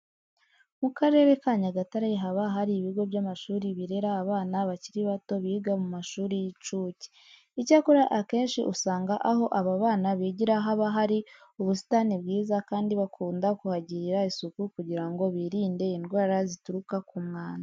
MU karere ka Nyagatare haba hari ibigo by'amashuri birera abana bakiri bato biga mu mashuri y'incuke. Icyakora akenshi usanga aho aba bana bigira haba hari ubusitani bwiza kandi bakunda kuhagirira isuku kugira ngo birinde indwara zituruka ku mwanda.